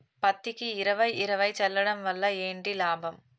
పత్తికి ఇరవై ఇరవై చల్లడం వల్ల ఏంటి లాభం?